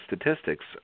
statistics